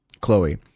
Chloe